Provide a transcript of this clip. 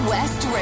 West